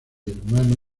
hermano